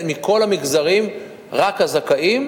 מכל המגזרים רק הזכאים,